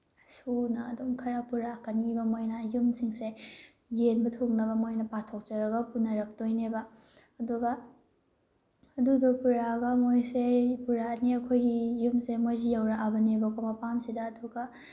ꯁꯨꯅ ꯑꯗꯨꯝ ꯈꯔ ꯄꯨꯔꯛꯀꯅꯤꯕ ꯃꯣꯏꯅ ꯌꯨꯝꯁꯤꯡꯁꯦ ꯌꯦꯟꯕ ꯊꯨꯡꯅꯕ ꯃꯣꯏꯅ ꯄꯥꯊꯣꯛꯆꯔꯒ ꯄꯨꯅꯔꯛꯇꯣꯏꯅꯦꯕ ꯑꯗꯨꯒ ꯑꯗꯨꯗꯣ ꯄꯨꯔꯛꯑꯒ ꯃꯣꯏꯁꯦ ꯄꯨꯔꯛꯑꯅꯤ ꯑꯩꯈꯣꯏꯒꯤ ꯌꯨꯝꯁꯦ ꯃꯣꯏꯁꯤ ꯌꯧꯔꯛꯑꯕꯅꯦꯕꯀꯣ ꯃꯄꯥꯝꯁꯤꯗ ꯑꯗꯨꯒ